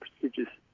prestigious